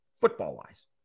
football-wise